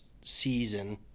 season